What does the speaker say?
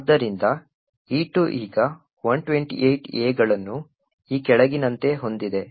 ಆದ್ದರಿಂದ E2 ಈಗ 128 A ಗಳನ್ನು ಈ ಕೆಳಗಿನಂತೆ ಹೊಂದಿದೆ